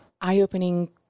eye-opening